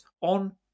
on